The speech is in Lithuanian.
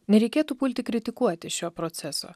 nereikėtų pulti kritikuoti šio proceso